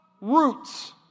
roots